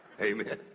Amen